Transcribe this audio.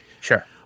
Sure